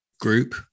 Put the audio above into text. group